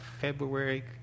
February